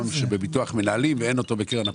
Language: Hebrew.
בביטוח מנהלים ואין אותו בקרן הפנסיה,